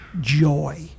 joy